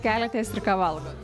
keliatės ir ką valgot